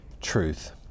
truth